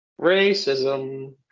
Racism